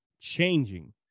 changing